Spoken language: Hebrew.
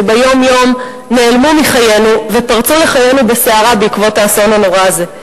שביום-יום נעלמו מחיינו ופרצו לחיינו בסערה בעקבות האסון הנורא הזה.